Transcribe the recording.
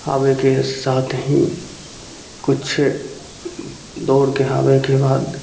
आबैके साथ ही कुछ दौड़के आबैके बाद